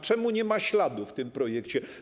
Czemu nie ma o tym śladu w tym projekcie?